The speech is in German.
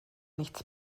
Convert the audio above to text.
nichts